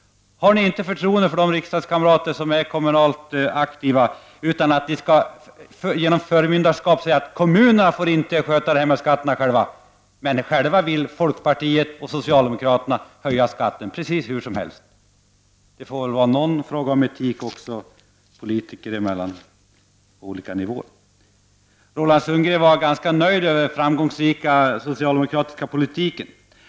Har ni inte förtroende för de riksdagskamrater som är kommunalt aktiva, utan att ni genom förmyndarskap skall säga att kommunerna inte får sköta detta med skatterna själva? Men folkpartiet och socialdemokraterna vill höja skatten precis hur som helst. Det får väl vara fråga om någon etik även politiker emellan på olika nivåer. Roland Sundgren var nöjd med den framgångsrika socialdemokratiska politiken.